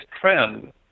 trend